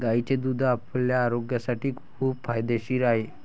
गायीचे दूध आपल्या आरोग्यासाठी खूप फायदेशीर आहे